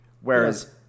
Whereas